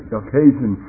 occasion